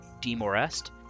DeMorest